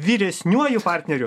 vyresniuoju partneriu